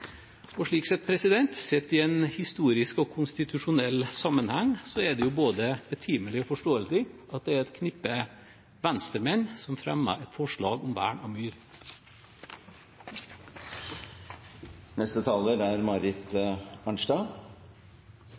1882.» Slik sett, sett i en historisk og konstitusjonell sammenheng, er det jo både betimelig og forståelig at det er et knippe venstremenn som fremmer et forslag om vern av myr. Det siste var et interessant innlegg i debatten, og